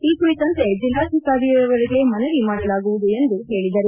ಈ ಕುರಿತಂತೆ ಜಿಲ್ದಾಧಿಕಾರಿಯವರಿಗೆ ಮನವಿ ಮಾಡಲಾಗುವುದು ಎಂದು ಹೇಳಿದರು